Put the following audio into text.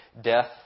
death